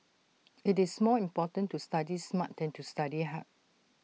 IT is more important to study smart than to study hard